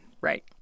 Right